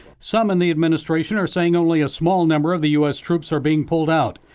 some in the administration are saying only a small number of the u s. troops are being pulled out.